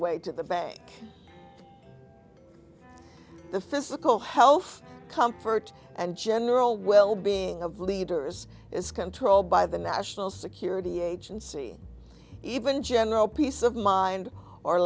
way to the bank the physical health comfort and general wellbeing of leaders is controlled by the national security agency even general peace of mind or